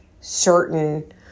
Certain